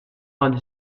vingt